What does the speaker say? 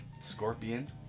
Scorpion